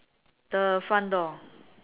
the front door